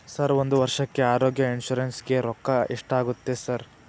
Sir ಒಂದು ವರ್ಷಕ್ಕೆ ಆರೋಗ್ಯ ಇನ್ಶೂರೆನ್ಸ್ ಗೇ ರೊಕ್ಕಾ ಎಷ್ಟಾಗುತ್ತೆ ಸರ್?